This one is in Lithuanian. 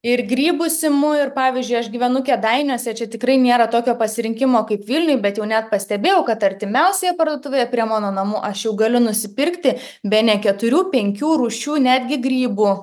ir grybus imu ir pavyzdžiui aš gyvenu kėdainiuose čia tikrai nėra tokio pasirinkimo kaip vilniuje bet jau net pastebėjau kad artimiausioje parduotuvėje prie mano namų aš jau galiu nusipirkti bene keturių penkių rūšių netgi grybų